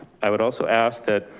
i would also ask that